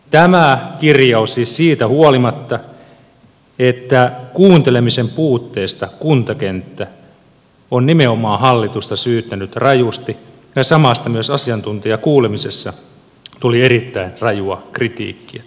tämä kirjaus siis siitä huolimatta että kuuntelemisen puutteesta kuntakenttä on nimenomaan hallitusta syyttänyt rajusti ja samasta myös asiantuntijakuulemisessa tuli erittäin rajua kritiikkiä